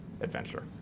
adventure